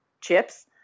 Chips